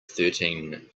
thirteen